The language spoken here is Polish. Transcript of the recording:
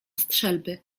strzelby